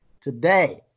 today